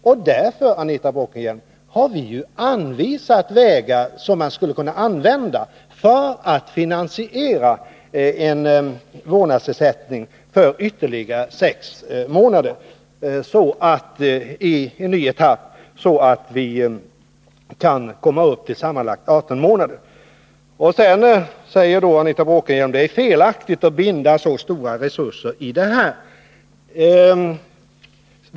Och därför, Anita Bråkenhielm, har vi anvisat vägar som man skulle kunna använda för att finansiera en vårdnadsersättning för ytterligare 6 månader i en ny etapp, så att vi kan komma upp till sammanlagt 18 månader. Sedan säger Anita Bråkenhielm att det är felaktigt att binda så stora resurser i detta.